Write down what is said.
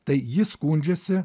tai ji skundžiasi